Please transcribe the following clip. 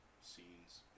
scenes